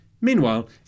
Meanwhile